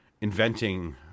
inventing